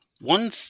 One